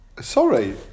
Sorry